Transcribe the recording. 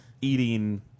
eating